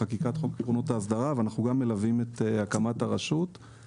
חקיקת חוק עקרונות האסדרה ואנחנו גם מלווים את הקמת הרשות.